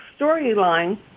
storyline